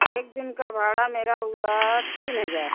एक दिन का भाड़ा मेरा हुआ तीन हज़ार